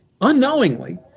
unknowingly